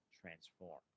transform